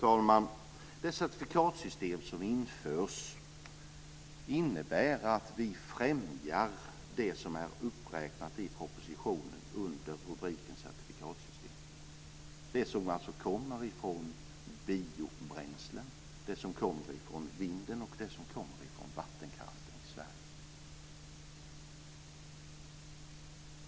Fru talman! Det certifikatsystem som införs innebär att vi främjar det som är uppräknat i propositionen under rubriken "Certifikatsystemet". Det handlar om det som kommer från biobränslen, det som kommer från vinden och det som kommer från vattenkraften i Sverige.